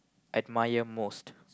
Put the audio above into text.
admire most